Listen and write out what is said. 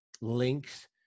links